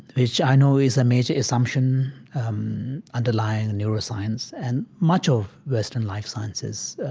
which i know is a major assumption um underlying and neuroscience and much of western life sciences